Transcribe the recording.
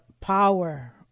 power